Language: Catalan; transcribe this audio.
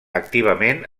activament